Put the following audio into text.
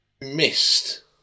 missed